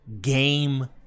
game